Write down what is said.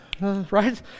right